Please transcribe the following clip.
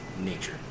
nature